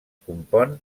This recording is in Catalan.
compon